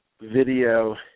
video